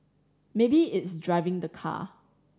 maybe it's driving the car